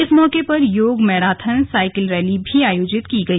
इस मौके पर योग मैराथन साइकिल रैली भी आयोजित की गई